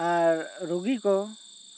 ᱟᱨ ᱨᱩᱜᱤ ᱠᱚ